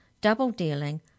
double-dealing